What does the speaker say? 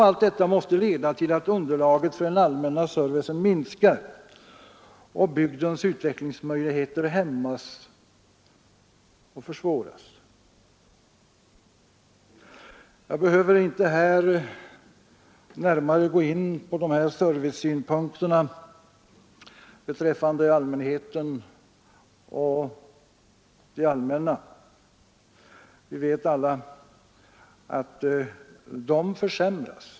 Allt detta måste leda till att underlaget för den allmänna servicen minskar och bygdens utvecklingsmöjligheter hämmas eller försvåras. Jag behöver inte här närmare gå in på servicesynpunkterna beträffande allmänheten och det allmänna. Vi vet alla att de försämras.